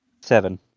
seven